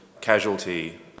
casualty